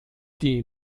die